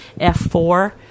F4